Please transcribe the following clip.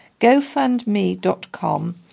gofundme.com